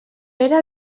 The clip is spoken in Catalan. era